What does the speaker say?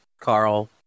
Carl